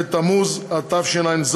בתמוז התשע"ז,